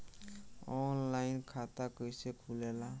Online खाता कइसे खुलेला?